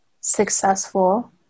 successful